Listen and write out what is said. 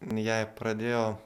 jai pradėjo